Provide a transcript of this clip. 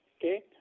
Okay